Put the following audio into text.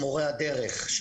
מורי הדרך,